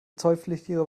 zollpflichtige